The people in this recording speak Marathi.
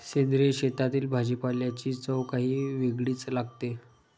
सेंद्रिय शेतातील भाजीपाल्याची चव काही वेगळीच लागते